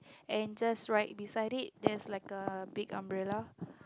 and just right beside it there's like a big umbrella